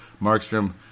Markstrom